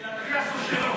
של אטיאס או שלו?